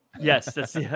Yes